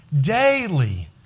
Daily